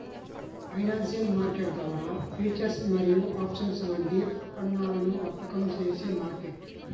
financial market ద్వారా futures మరియు options వంటి ఉత్పన్నాలను వర్తకం చేసే మార్కెట్